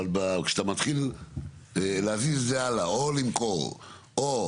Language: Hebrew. אבל כשאתה מתחיל להזיז הלאה או למכור או